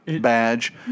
badge